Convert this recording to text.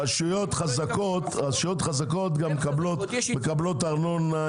רשויות חזקות מקבלות גם ארנונה,